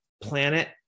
planet